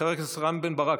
חבר הכנסת רם בן ברק,